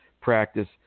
practice